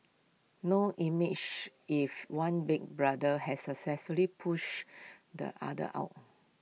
now image if one Big Brother has successfully pushed the other out